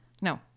No